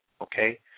Okay